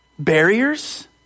barriers